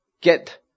get